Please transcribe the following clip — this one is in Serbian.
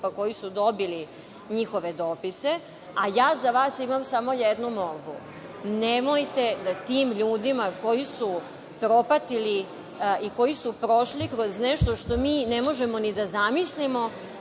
grupa koji su dobili njihove dopise, a ja za vas imam samo jednu molbu, nemojte da tim ljudima koji su propatili i koji su prošli kroz nešto što mi ne možemo ni da zamislimo,